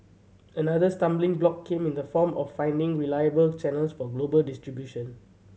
another stumbling block came in the form of finding reliable channels for global distribution